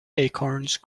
acorns